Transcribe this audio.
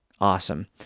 awesome